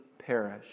perish